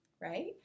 right